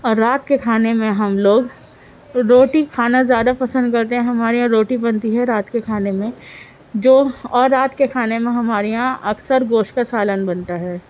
اور رات کے کھانے میں ہم لوگ روٹی کھانا زیادہ پسند کرتے ہیں ہمارے یہاں روٹی بنتی ہے رات کے کھانے میں جو اور رات کے کھانے میں ہمارے یہاں اکثر گوشت کا سالن بنتا ہے